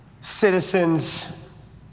citizens